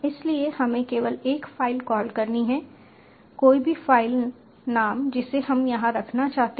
इसलिए हमें केवल एक फ़ाइल कॉल करनी है कोई भी फ़ाइल नाम जिसे हम यहाँ रखना चाहते हैं